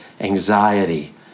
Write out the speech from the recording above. anxiety